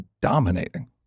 dominating